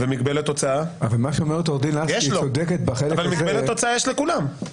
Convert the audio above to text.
ומגבלת הוצאה יש לכולם.